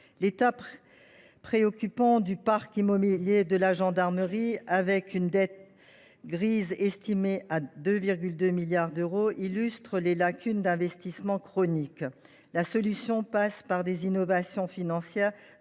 L’état préoccupant du parc immobilier de la gendarmerie, avec une dette grise estimée à 2,2 milliards d’euros, illustre les lacunes d’investissement chroniques dont nous souffrons. La solution passe par des innovations financières,